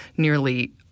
nearly